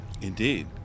Indeed